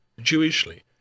Jewishly